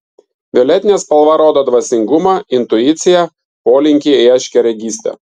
violetinė spalva rodo dvasingumą intuiciją polinkį į aiškiaregystę